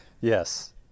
Yes